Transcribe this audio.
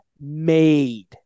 made